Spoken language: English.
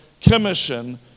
commission